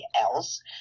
else